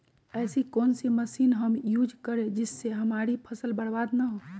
ऐसी कौन सी मशीन हम यूज करें जिससे हमारी फसल बर्बाद ना हो?